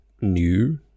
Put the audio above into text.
new